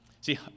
See